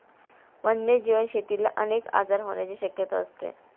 वन्यजीव शेतीला अनेक आजार होण्याची शक्यता असते